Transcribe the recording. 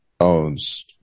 owns